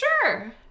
sure